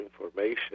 information